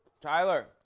Tyler